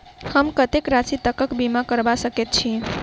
हम कत्तेक राशि तकक बीमा करबा सकैत छी?